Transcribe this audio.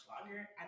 longer